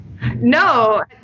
No